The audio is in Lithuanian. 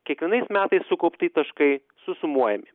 kiekvienais metais sukaupti taškai susumuojami